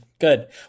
good